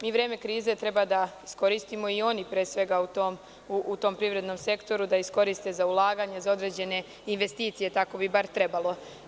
Mi vreme krize treba da iskoristimo, i oni pre svega u tom privrednom sektoru, da iskoriste za ulaganje, za određene investicije tako bi bar trebalo.